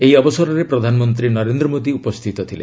ଏହି ଅବସରରେ ପ୍ରଧାନମନ୍ତ୍ରୀ ନରେନ୍ଦ୍ର ମୋଦୀ ଉପସ୍ଥିତ ଥିଲେ